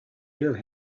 hear